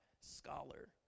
scholar